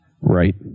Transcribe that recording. Right